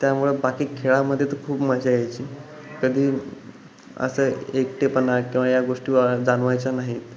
त्यामुळे बाकी खेळामध्ये तर खूप मजा यायची कधी असं एकटेपणा किंवा या गोष्टी वा जाणवायच्या नाहीत